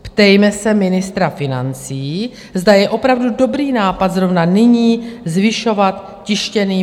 Ptejme se ministra financí, zda je opravdu dobrý nápad zrovna nyní zvyšovat tištěným médiím DPH.